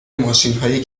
ماشینهای